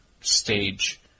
stage